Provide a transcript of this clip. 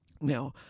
Now